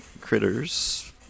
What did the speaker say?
critters